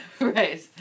Right